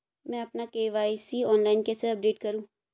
मैं अपना KYC online कैसे अपडेट करूँ?